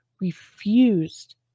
refused